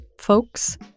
Folks